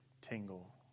tingle